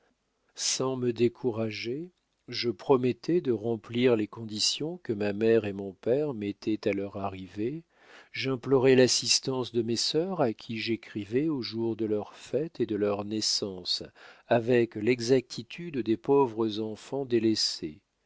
sans me décourager je promettais de remplir les conditions que ma mère et mon père mettaient à leur arrivée j'implorais l'assistance de mes sœurs à qui j'écrivais aux jours de leur fête et de leur naissance avec l'exactitude des pauvres enfants délaissés